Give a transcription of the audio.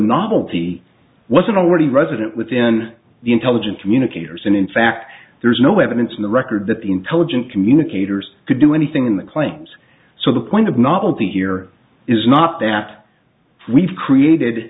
novelty wasn't already resident within the intelligence communicators and in fact there's no evidence in the record that the intelligent communicators could do anything that claims so the point of novelty here is not that we've created